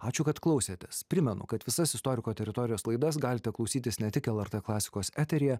ačiū kad klausėtės primenu kad visas istoriko teritorijos laidas galite klausytis ne tik lrt klasikos eteryje